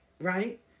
right